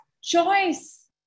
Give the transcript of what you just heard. choice